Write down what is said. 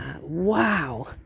wow